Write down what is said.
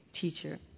teacher